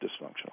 dysfunctional